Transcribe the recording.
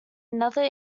another